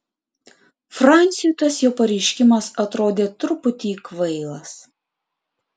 franciui tas jo pareiškimas atrodė truputį kvailas